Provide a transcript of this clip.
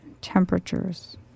temperatures